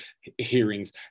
hearings